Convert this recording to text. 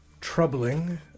troubling